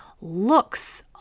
Looks